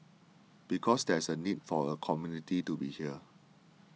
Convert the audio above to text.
because there's a need for a community to be here